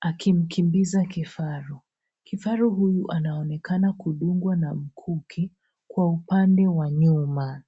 Akimkimbiza kifaru. Kifaru huyu anaonekana kudungwa na mkuki, kwa upande wa nyuma.